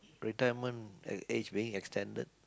retirement at age being extended